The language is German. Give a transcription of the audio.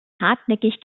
hartnäckig